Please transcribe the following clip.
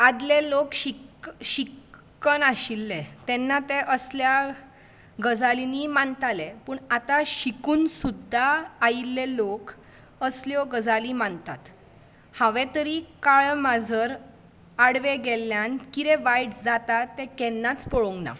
आदले लोक शिक शिकनाशिल्ले तेन्ना ते असल्या गजालींनी मानताले पूण आतां शिकून सुद्दां आयिल्ले लोक असल्यो गजाली मानतात हांवें तरी काळें माजर आडवें गेल्ल्यान कितें वायट जाता तें केन्नाच पळोवंक ना